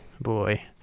boy –